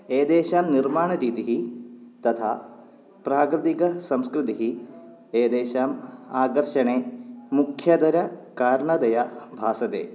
एतेषां निर्माणरीतिः तथा प्राकृतिकसंस्कृतिः एतेषाम् आकर्षणे मुख्यतरकारणतया भासते